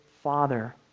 Father